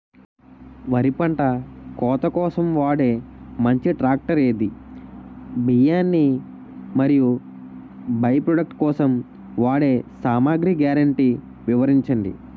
వరి పంట కోత కోసం వాడే మంచి ట్రాక్టర్ ఏది? బియ్యాన్ని మరియు బై ప్రొడక్ట్ కోసం వాడే సామాగ్రి గ్యారంటీ వివరించండి?